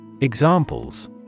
Examples